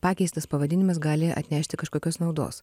pakeistas pavadinimas gali atnešti kažkokios naudos